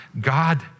God